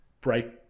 break